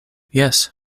jes